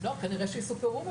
לא, כנראה שהיא סופר-וומן.